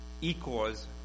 equals